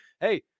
Hey